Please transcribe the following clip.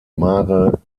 mare